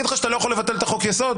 לך שאתה לא יכול לבטל את חוק היסוד.